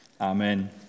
Amen